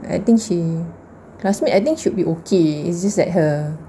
I think she classmate I think should be okay it's just that her